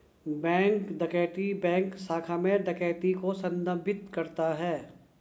bank डकैती bank शाखा में डकैती को संदर्भित करता है